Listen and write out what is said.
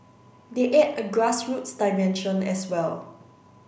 they add a grassroots dimension as well